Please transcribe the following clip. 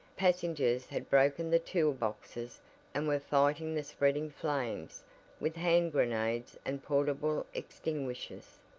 passengers had broken the tool boxes and were fighting the spreading flames with hand grenades and portable extinguishers.